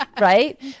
right